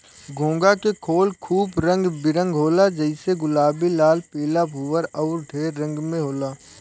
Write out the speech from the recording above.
घोंघा के खोल खूब रंग बिरंग होला जइसे गुलाबी, लाल, पीला, भूअर अउर ढेर रंग में होला